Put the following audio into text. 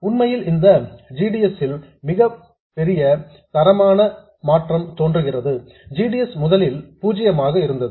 உண்மையில் இந்த g d s ல் மிகப்பெரிய தரமான மாற்றம் தோன்றுகிறது g d s முதலில் பூஜ்யமாக இருந்தது